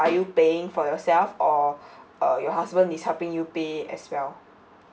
are you paying for yourself or uh your husband is helping you pay as well